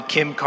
Kim